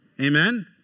Amen